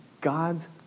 God's